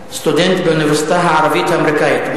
סטודנט באוניברסיטה הערבית-אמריקנית,